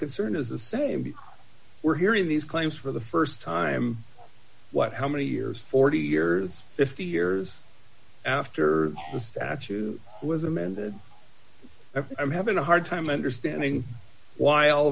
concern is the same because we're hearing these claims for the st time what how many years forty years fifty years after the statute was amended i'm having a hard time understanding why all